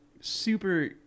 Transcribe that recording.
super